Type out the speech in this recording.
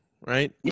right